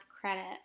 credit